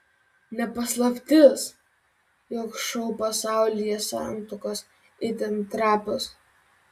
ne paslaptis jog šou pasaulyje santuokos itin trapios